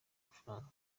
mafaranga